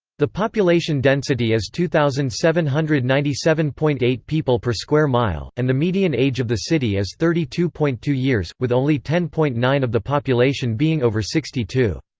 the population density is two thousand seven hundred and ninety seven point eight people per square mile, and the median age of the city is thirty two point two years, with only ten point nine of the population being over sixty two.